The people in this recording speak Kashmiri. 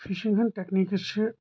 فِشنگ ہنٛز ٹیکنیٖک چھ